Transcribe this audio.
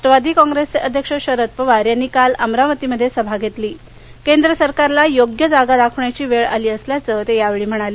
राष्ट्रवादी काँग्रेसचे अध्यक्ष शरद पवार यांनी काल अमरावतीमध्ये सभा घेतली केंद्र सरकारला योग्य जागा दाखवण्याची वेळ आली असल्याच ते म्हणाले